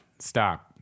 Stop